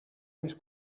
més